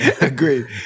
Agreed